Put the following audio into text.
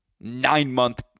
nine-month